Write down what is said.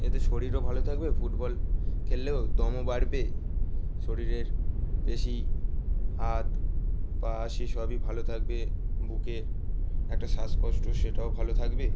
এতে শরীরও ভালো থাকবে ফুটবল খেললেও দমও বাড়বে শরীরের পেশি হাত পা সেসবই ভালো থাকবে বুকে একটা শ্বাসকষ্ট সেটাও ভালো থাকবে